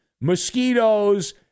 Mosquitoes